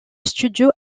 studio